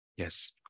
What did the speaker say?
yes